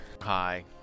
Hi